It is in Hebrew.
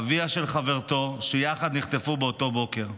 אביה של חברתו, שיחד נחטפו באותו בוקר.